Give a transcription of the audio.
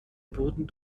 wurden